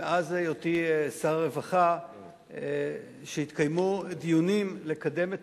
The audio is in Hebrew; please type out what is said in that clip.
מאז היותי שר הרווחה התקיימו דיונים לקדם את